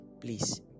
Please